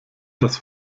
das